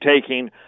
taking